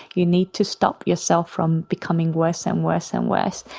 you need to stop yourself from becoming worse and worse and worse.